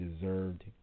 deserved